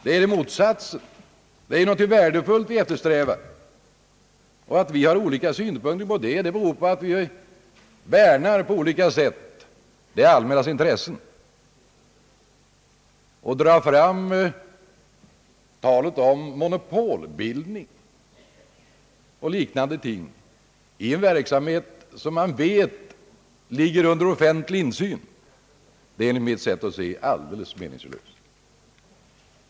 Det är motsatsen — någonting värdefullt vi eftersträvar. Att vi har olika synpunkter på förslaget beror på att vi värnar det allmännas intressen på olika sätt. Att dra fram talet om monopolbildning och liknande ting i en verksamhet som man vet ligger under offentlig insyn, det är enligt mitt sätt att se alldeles meningslöst.